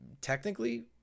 technically